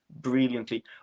brilliantly